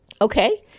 Okay